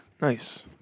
Nice